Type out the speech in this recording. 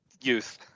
youth